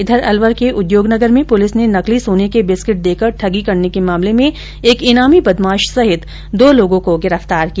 इधर अलवर के उद्योगनगर में पुलिस ने नकली सोने के बिस्किट देकर ठगी करने के मामले में एक ईनामी बदमाश सहित दो लोगों गिरफ्तार किया